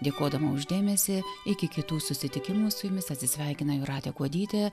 dėkodama už dėmesį iki kitų susitikimų su jumis atsisveikina jūratė kuodytė